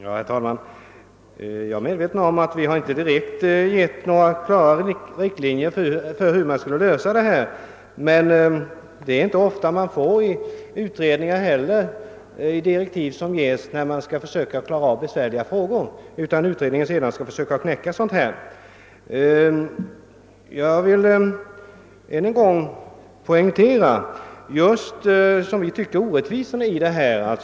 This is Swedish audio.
Herr talman! Jag är medveten om att vi inte givit några klara riktlinjer för hur man skulle lösa detta problem, men det är inte ofta man får det i direktiven som ges till de utredningar som skall försöka knäcka besvärliga frågor. Jag vill ännu en gång poängtera orätt visorna i det nuvarande systemet.